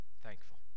thankful